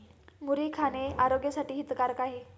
मुरी खाणे आरोग्यासाठी हितकारक आहे